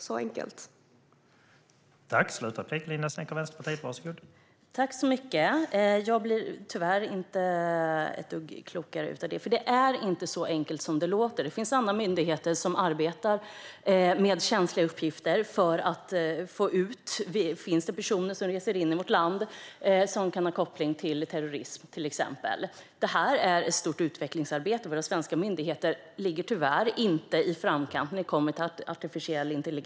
Så enkelt är det.